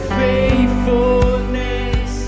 faithfulness